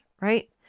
right